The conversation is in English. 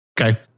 Okay